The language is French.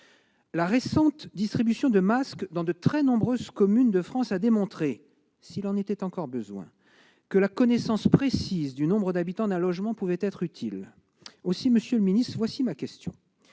La récente distribution de masques dans de très nombreuses communes de France a démontré, s'il en était encore besoin, que la connaissance précise du nombre d'habitants d'un logement pouvait être utile. Aussi, monsieur le secrétaire d'État, voici ma question